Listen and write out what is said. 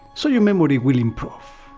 so your memory will improve!